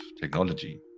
technology